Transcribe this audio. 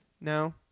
No